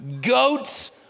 goats